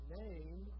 name